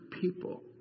people